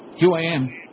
QAM